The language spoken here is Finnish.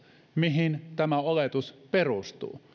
mihin tämä oletus perustuu